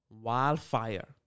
wildfire